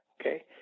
okay